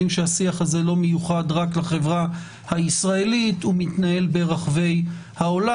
השיח הזה לא מיוחד רק לחברה הישראלית הוא מתנהל ברחבי העולם,